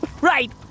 right